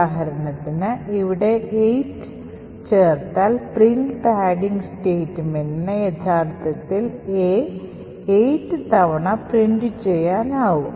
ഉദാഹരണത്തിന് ഇവിടെ 8 ചേർത്താൽ പ്രിന്റ് പാഡിംഗ് സ്റ്റേറ്റ്മെന്റിന് യഥാർത്ഥത്തിൽ A 8 തവണ പ്രിന്റു ചെയ്യാനാകും